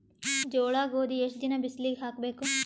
ಜೋಳ ಗೋಧಿ ಎಷ್ಟ ದಿನ ಬಿಸಿಲಿಗೆ ಹಾಕ್ಬೇಕು?